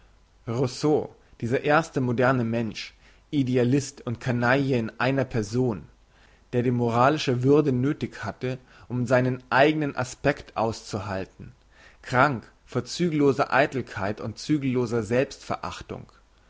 rousseau dieser erste moderne mensch idealist und canaille in einer person der die moralische würde nöthig hatte um seinen eignen aspekt auszuhalten krank vor zügelloser eitelkeit und zügelloser